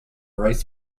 race